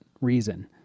reason